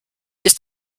ist